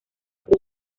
cruz